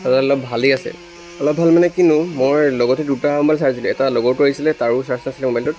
চাৰ্জাৰডাল অলপ ভালেই আছে অলপ ভাল মানে কিনো মই লগতে দুটা ম'বাইল চাৰ্জ দিলোঁ এটা লগৰটো আহিছিলে তাৰো চাৰ্জ নাছিলে ম'বাইলটোত